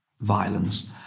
violence